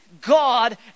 God